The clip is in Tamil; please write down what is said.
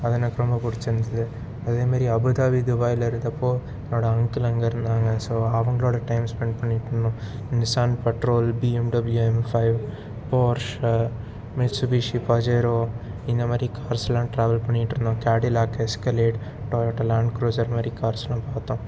அது எனக்கு ரொம்ப பிடிச்சி இருந்தது அதே மாரி அபுதாபி துபாயில் இருந்தப்போது என்னோடய அங்கிள் அங்கே இருந்தாங்க ஸோ அவங்களோட டைம் ஸ்பென்ட் பண்ணிட்டுருந்தோம் இந்த சேன் Patrol BMW M five Porsche Mitsubishi Pajero இந்த மாதிரி கார்ஸ்லாம் டிராவல் பண்ணிட்டுருந்தோம் Cadillac Escalade Toyota Land Cruiser மாதிரி கார்ஸ்லாம் பார்த்தோம்